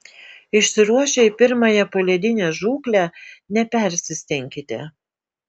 išsiruošę į pirmąją poledinę žūklę nepersistenkite